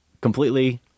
Completely